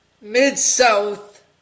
Mid-South